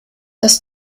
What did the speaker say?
dass